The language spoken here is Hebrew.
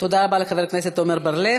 תודה רבה לחבר הכנסת עמר בר לב.